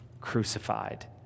crucified